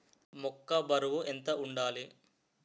మొక్కొ బరువు ఎంత వుండాలి?